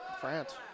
France